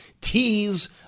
tease